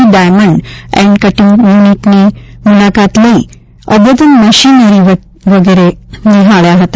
કે diamond and cutting યુનિટની મૂલાકાત લઇ અઘતન મશીનરી વગેરે નિહાળ્યા હતા